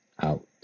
out